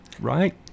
right